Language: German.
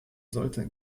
sollte